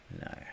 No